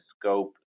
scope